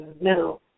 now